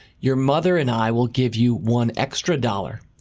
your mother and i will give you one extra dollar.